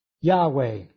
Yahweh